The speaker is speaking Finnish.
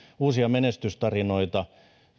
uusia menestystarinoita